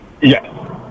yes